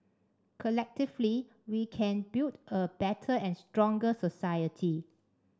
collectively we can build a better and stronger society